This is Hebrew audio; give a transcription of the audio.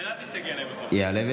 ידעתי שתגיע אליי בסוף.